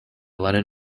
lennon